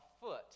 foot